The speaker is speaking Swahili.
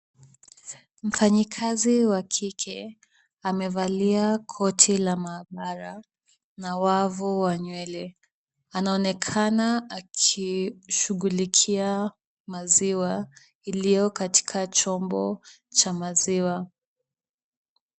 Mfanyikazi wa kike, amevalia koti la maabara na wavu wa nywele. Anaonekana akishughulikia maziwa, iliyo katika chombo cha maziwa.